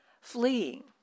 fleeing